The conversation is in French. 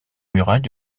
murailles